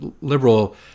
liberal